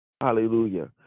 Hallelujah